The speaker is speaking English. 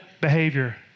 behavior